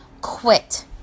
quit